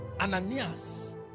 Ananias